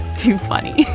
too funny. ooh,